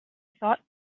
thought